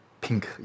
pink